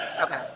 Okay